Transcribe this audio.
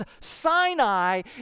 Sinai